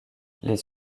les